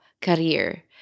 career